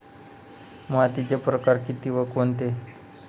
मातीचे प्रकार किती व कोणते?